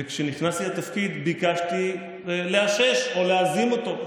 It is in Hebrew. וכשנכנסתי לתפקיד ביקשתי לאשש או להזים אותו.